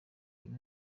uyu